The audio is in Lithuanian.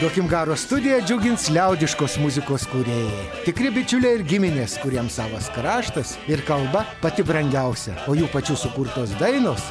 duokim garo studija džiugins liaudiškos muzikos kūrėjai tikri bičiuliai ir giminės kuriems savas kraštas ir kalba pati brangiausia o jų pačių sukurtos dainos